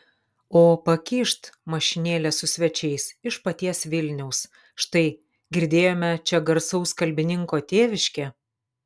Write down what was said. o pakyšt mašinėlė su svečiais iš paties vilniaus štai girdėjome čia garsaus kalbininko tėviškė